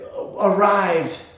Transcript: arrived